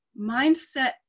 mindset